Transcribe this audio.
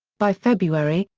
by february,